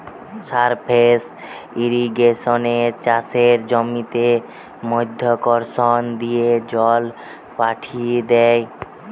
surface ইর্রিগেশনে চাষের জমিতে মাধ্যাকর্ষণ দিয়ে জল পাঠি দ্যায়